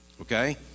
okay